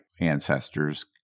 ancestors